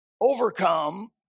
overcome